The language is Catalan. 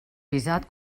visat